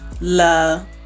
love